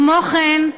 כמו כן,